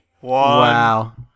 Wow